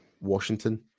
Washington